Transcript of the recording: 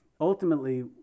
ultimately